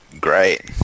great